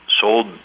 sold